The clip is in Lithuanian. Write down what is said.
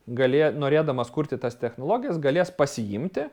galė norėdamas kurti tas technologijas galės pasiimti